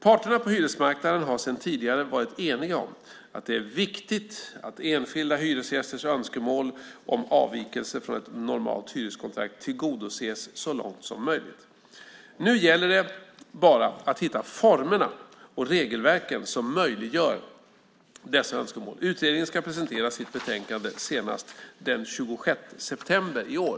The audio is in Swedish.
Parterna på hyresmarknaden har sedan tidigare varit eniga om att det är viktigt att enskilda hyresgästers önskemål om avvikelser från ett normalt hyreskontrakt tillgodoses så långt som möjligt. Nu gäller det bara att hitta formerna och regelverken som möjliggör dessa önskemål. Utredningen ska presentera sitt betänkande senast den 26 september i år.